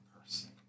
person